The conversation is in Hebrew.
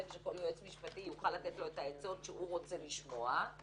ושכל יועץ משפטי יוכל לתת לו את העמדות שהוא רוצה לשמוע;